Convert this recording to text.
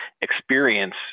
experience